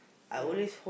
ya